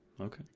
okay